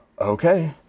okay